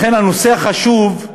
לכן הנושא החשוב הוא